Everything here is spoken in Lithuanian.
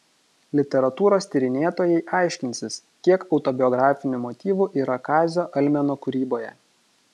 literatūros tyrinėtojai aiškinsis kiek autobiografinių motyvų yra kazio almeno kūryboje